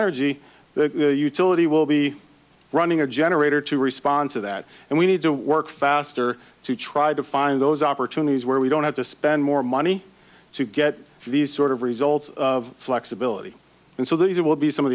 energy the utility will be running a generator to respond to that and we need to work faster to try to find those opportunities where we don't have to spend more money to get these sort of results of flexibility and so these will be some of